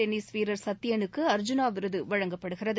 tennis வீரர் சத்யனுக்கு அர்ஜூனா விருது வழங்கப்படுகிறது